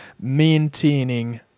maintaining